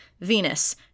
venus